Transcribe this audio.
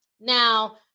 Now